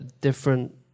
different